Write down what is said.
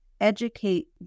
educate